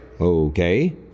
Okay